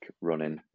running